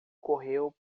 correu